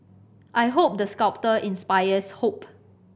I hope the sculpture inspires hope